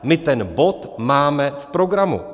My ten bod máme v programu.